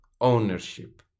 ownership